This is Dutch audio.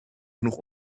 genoeg